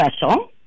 special